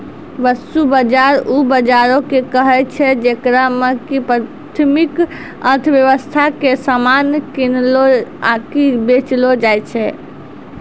वस्तु बजार उ बजारो के कहै छै जेकरा मे कि प्राथमिक अर्थव्यबस्था के समान किनलो आकि बेचलो जाय छै